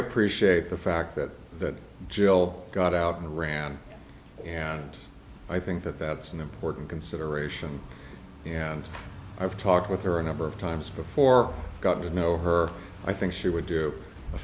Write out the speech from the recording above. appreciate the fact that that jill got out and ran and i think that that's an important consideration and i've talked with her a number of times before i got to know her i think she would do a